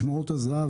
משמרות הזה"ב,